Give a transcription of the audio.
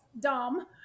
dumb